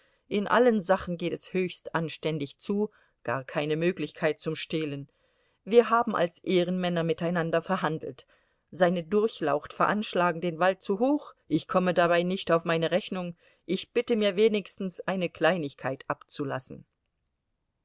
in allen sachen geht es höchst anständig zu gar keine möglichkeit zum stehlen wir haben als ehrenmänner miteinander verhandelt seine durchlaucht veranschlagen den wald zu hoch ich komme dabei nicht auf meine rechnung ich bitte mir wenigstens eine kleinigkeit abzulassen